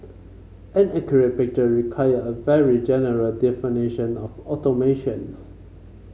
an accurate picture require a very general definition of automations